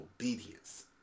obedience